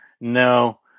no